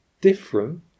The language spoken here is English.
different